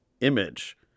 image